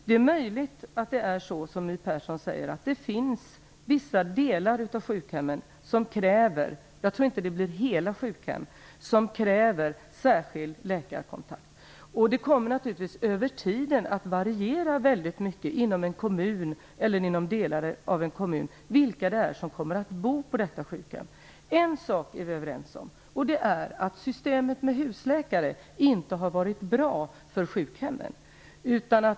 Det är möjligt att det är så som My Persson säger, att vissa delar av sjukhemmen - jag tror inte att det är hela sjukhem - kräver att det finns särskild läkarkontakt. Det kommer naturligtvis att variera väldigt mycket över tiden inom en kommun eller delar av en kommun vilka det är som kommer att bo på detta sjukhem. En sak är vi överens om, och det är att systemet med husläkare inte har varit bra för sjukhemmen.